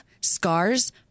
scars